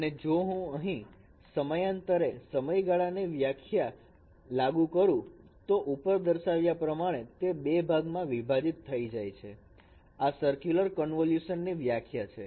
અને જો હું અહીં સમયાંતરે સમયગાળાની વ્યાખ્યા લાગુ કરું તો ઉપર દર્શાવ્યા પ્રમાણે તે બે ભાગમાં વિભાજિત થઈ જાય છે આ સર્ક્યુલર કન્વોલ્યુશન ની વ્યાખ્યા છે